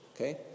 okay